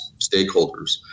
stakeholders